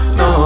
no